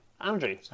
Andrew